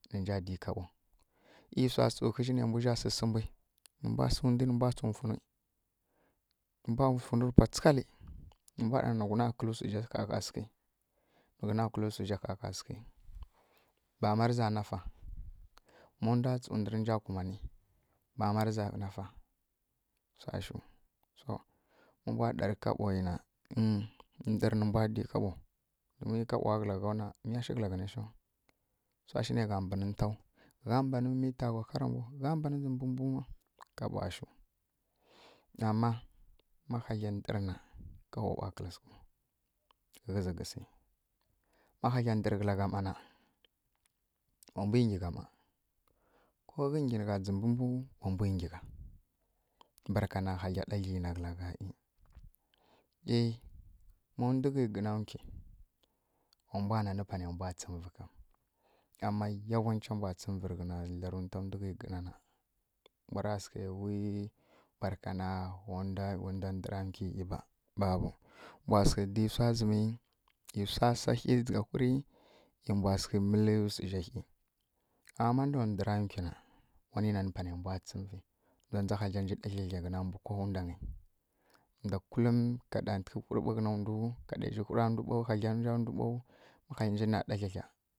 Nǝ nja di kaɓo ei wsa tsǝtsu ɦǝzji nǝ mbwa sǝsǝ mbwi nǝ mbwa si ndwi nǝ mbwa tsu mfuni nǝ mbwa tsu mfunǝ rǝpwa tsǝghalǝ nǝ mbwa ɗana nǝ mbwa kǝlǝ wsa ɦaaɦaa sǝghi nǝ ghuna kǝli suzja ɦaaɦaa sǝghi bama rǝza nafa ma ndwa tsǝ ndwi rǝnja kumani bama riza nafa wsashu ma mbwa ɗari kaɓo na ndǝr nǝmbwa di kaɓo mi kaɓowa kǝlagha neshaw na miya shi kǝlagha neshaw wsa shi ne gha mbanǝ ntaw gha mbanǝ miy mbǝ hara mbu kaɓowa shu amam ma hagla ndǝr na kaɓo ɓa kǝlǝ sǝghǝu gheze gǝsi ma hagla ndǝr kǝlagha mana wa mbwi ngyi gha ma ko ghi ngyi negha dzimbǝ mbu wa mbwi ngyigha barka na hagla ɗagli na kǝla gha eeh, ma ndwǝghi gǝna nkwi wa mbwa nanǝ pane mbwa tsǝmǝvǝ kam ama yawancha mbwa tsǝmǝvǝ reghǝna dlaruntwa ndwughi gǝna na mbwara sǝghlu wui barkana wa ndwa ndǝra nkwi ba, babu mbwa sǝghǝ di wsa zǝmi wsa sa dzǝgha whuraɦi e mbwa sǝghǝ mǝli wsuzjaɦi ama ma ndwa ndǝra nkwi na wani nanǝ pane mbwa tsǝmǝvi ndwa ndza haglanji ɗaglagla ghǝna kowane mbwi ndwa kullum ka ɗatǝghǝ ɦurɓa ghǝna ndwu ka ɗeizji whurɓa haglandwu ɓau ma haglanji na ɗaklakla